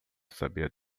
sabia